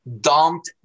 dumped